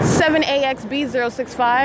7AXB065